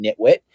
nitwit